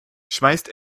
schmeißt